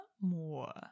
more